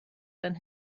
than